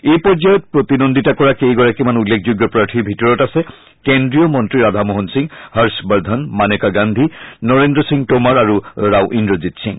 এই পৰ্যায়ত প্ৰতিদ্বন্দ্বিতা কৰা কেইগৰাকীমান উল্লেখযোগ্য প্ৰাৰ্থীৰ ভিতৰত আছে কেজ্ৰীয় মন্ত্ৰী ৰাধা মোহন সিং হৰ্ষ বৰ্ধন মানেকা গান্ধী নৰেন্দ্ৰ সিং তৌমাৰ আৰু ৰাও ইন্দ্ৰজিৎ সিং